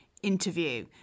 interview